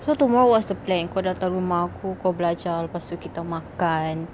so tomorrow what's the plan kau datang rumah aku kau belajar lepas tu kita makan